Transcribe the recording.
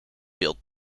beeld